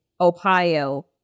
Ohio